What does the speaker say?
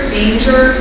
danger